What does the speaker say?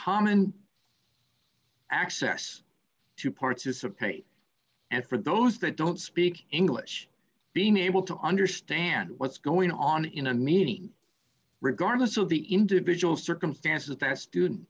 common access to participate and for those that don't speak english being able to understand what's going on in a meeting regardless of the individual circumstances that student